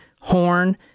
horn